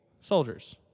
soldiers